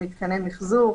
מתחילות בחירות, צריך להסתובב